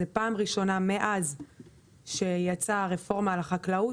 זה פעם ראשונה מאז שיצאה הרפורמה על החקלאות,